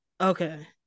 Okay